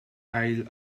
isle